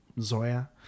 Zoya